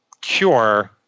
cure